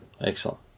Excellent